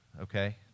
Okay